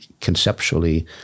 conceptually